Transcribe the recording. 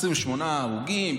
28 הרוגים,